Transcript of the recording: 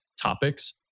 topics